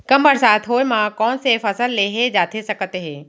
कम बरसात होए मा कौन से फसल लेहे जाथे सकत हे?